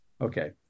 Okay